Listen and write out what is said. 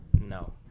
no